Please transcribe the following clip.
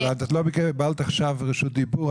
אבל לא קיבלת עכשיו רשות דיבור,